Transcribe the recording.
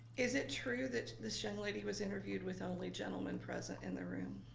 is it true that this young lady was interviewed with only gentlemen present in the room?